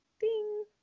Ding